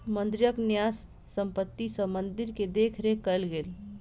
मंदिरक न्यास संपत्ति सॅ मंदिर के देख रेख कएल गेल